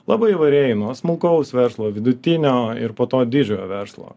labai įvairiai nuo smulkaus verslo vidutinio ir po to didžiojo verslo